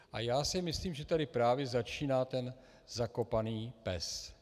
A já si myslím, že tady právě začíná ten zakopaný pes.